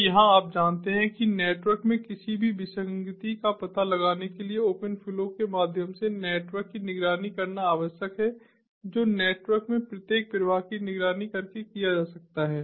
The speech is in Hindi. तो यहां आप जानते हैं कि नेटवर्क में किसी भी विसंगति का पता लगाने के लिए ओपन फ्लो के माध्यम से नेटवर्क की निगरानी करना आवश्यक है जो नेटवर्क में प्रत्येक प्रवाह की निगरानी करके किया जा सकता है